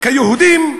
כיהודים,